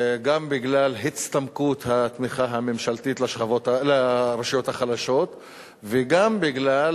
גם בגלל הצטמקות התמיכה הממשלתית לרשויות החלשות וגם בגלל